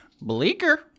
Bleaker